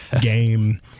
game